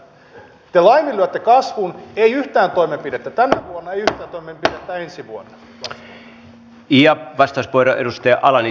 te laiminlyötte kasvun ei yhtään toimenpidettä tänä vuonna ei yhtään toimenpidettä ensi vuonna